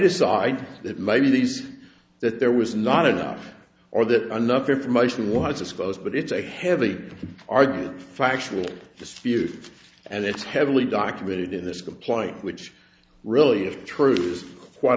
decide that maybe these that there was not enough or that enough information was disclosed but it's a heavy argument factual dispute and it's heavily documented in this complaint which really of truth is quite